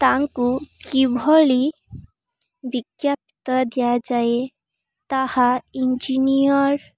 ତାଙ୍କୁ କିଭଳି ବିଜ୍ଞପ୍ତି ଦିଆଯାଏ ତାହା ଇଞ୍ଜିନିୟର